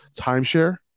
timeshare